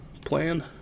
plan